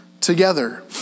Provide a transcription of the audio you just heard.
together